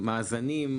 מאזנים.